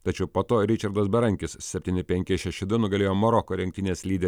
tačiau po to ričardas berankis septyni penki šeši du nugalėjo maroko rinktinės lyderį